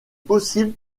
possible